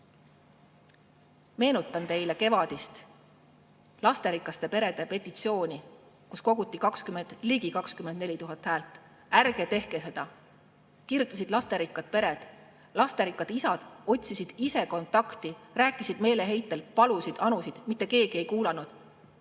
Meenutan teile kevadist lasterikaste perede petitsiooni, mille taha koguti ligi 24 000 häält. Ärge tehke seda, kirjutasid lasterikkad pered. Lasterikkad isad otsisid ise kontakti, rääkisid meeleheitel, palusid, anusid – mitte keegi ei kuulanud.